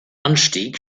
anstieg